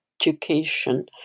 education